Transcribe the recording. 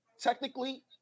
technically